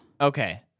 Okay